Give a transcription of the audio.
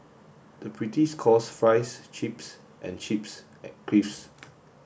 the British calls fries chips and chips crisps